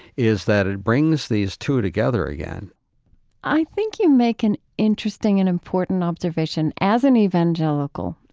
is that it brings these two together again i think you make an interesting and important observation, as an evangelical,